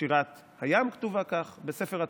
שירת הים כתובה כך בספר התורה,